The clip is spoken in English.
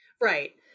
right